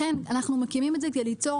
לכן אנחנו מקימים את זה כדי ליצור